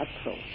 approach